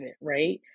right